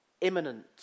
imminent